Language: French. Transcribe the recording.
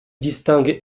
distingue